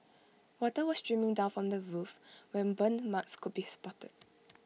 water was streaming down from the roof where burn marks could be spotted